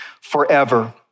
forever